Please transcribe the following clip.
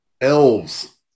Elves